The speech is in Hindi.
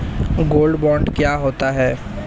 गोल्ड बॉन्ड क्या होता है?